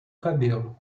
cabelo